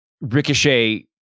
Ricochet